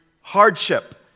hardship